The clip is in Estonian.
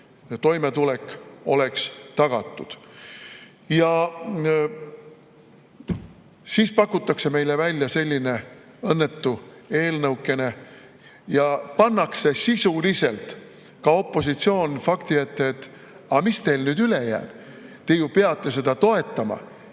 toimetulek oleks tagatud. Siis pakutakse meile välja selline õnnetu eelnõukene ja pannakse sisuliselt ka opositsioon fakti ette, et aga mis teil üle jääb, te ju peate seda toetama.